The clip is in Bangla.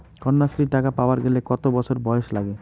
কন্যাশ্রী টাকা পাবার গেলে কতো বছর বয়স লাগে?